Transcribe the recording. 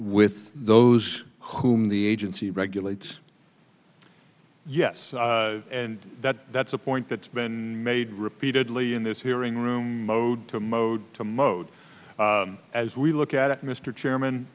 with those whom the agency regulates yes and that's a point that's been made repeatedly in this hearing room mode to mode to mode as we look at it mr chairman